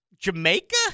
Jamaica